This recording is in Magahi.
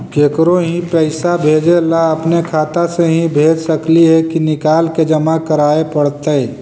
केकरो ही पैसा भेजे ल अपने खाता से ही भेज सकली हे की निकाल के जमा कराए पड़तइ?